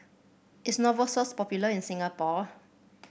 is Novosource popular in Singapore